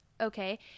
okay